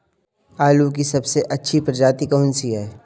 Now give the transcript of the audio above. आलू की सबसे अच्छी प्रजाति कौन सी है?